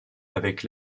avec